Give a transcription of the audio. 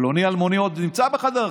פלוני-אלמוני עוד נמצא בחדר חקירות,